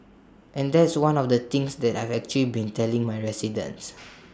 and that's one of the things that I've actually been telling my residents